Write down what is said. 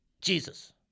Jesus